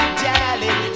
darling